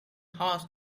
horse